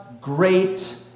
great